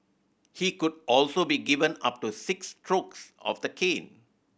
he could also be given up to six strokes of the cane